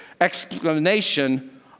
explanation